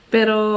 Pero